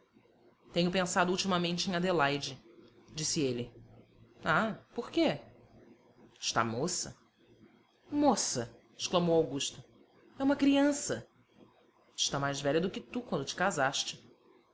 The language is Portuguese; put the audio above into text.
tenho pensado ultimamente em adelaide disse ele ah por quê está moça moça exclamou augusta é uma criança está mais velha do que tu quando te casaste